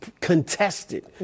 contested